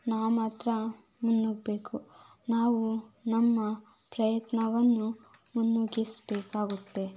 ನಾವು ಮಾತ್ರ ಮುನ್ನುಗ್ಗಬೇಕು ನಾವು ನಮ್ಮ ಪ್ರಯತ್ನವನ್ನು ಮುನ್ನುಗ್ಗಿಸಬೇಕಾಗುತ್ತೆ